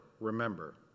remember